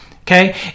Okay